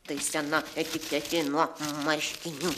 tai sena etiketė nuo marškinių